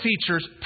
features